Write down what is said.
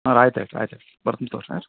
R ಆಯ್ತು ಆಯ್ತು ಆಯ್ತು ಆಯ್ತು ಬರ್ತಿನಿ ತಗೋ ರೀ ಹಾಂ